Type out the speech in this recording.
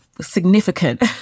significant